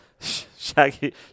Shaggy